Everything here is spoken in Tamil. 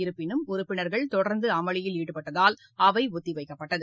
இருப்பினும் உறுப்பினர்கள் தொடர்ந்து அமளியில் ஈடுபட்டதால் அவை ஒத்திவைக்கப்பட்டது